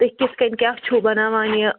تُہۍ کِتھ کٔنۍ کیٛاہ چھُو بَناوان یہِ